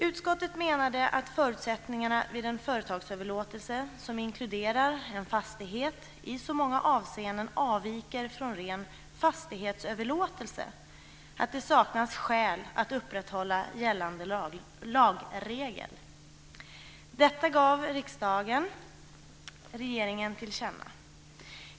Utskottet menade att förutsättningarna vid en företagsöverlåtelse som inkluderar en fastighet i så många avseenden avviker från ren fastighetsöverlåtelse att det saknas skäl att upprätthålla gällande lagregel. Detta gav riksdagen regeringen till känna.